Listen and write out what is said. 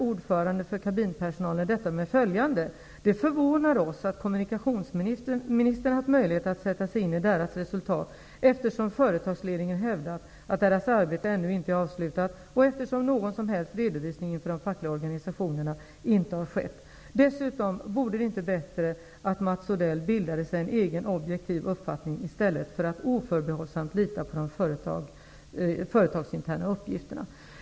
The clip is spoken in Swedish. Ordförande för kabinpersonalen kommenterat detta med följande: ''Det förvånar oss att kommunikationsministern haft möjlighet att sätta sig in i deras resultat eftersom företagsledningen hävdat att deras arbete ännu inte är avslutat och eftersom någon som helst redovisning inför de fackliga organisationerna inte har skett. Dessutom, vore det inte bättre att Mats Odell bildade sig en egen objektiv uppfattning i stället för att oförbehållsamt lita på de företagsinterna uppgifterna?''